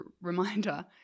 reminder